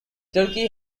turkey